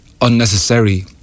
unnecessary